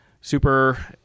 super